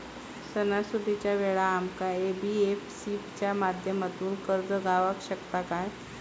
सणासुदीच्या वेळा आमका एन.बी.एफ.सी च्या माध्यमातून कर्ज गावात शकता काय?